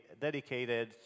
dedicated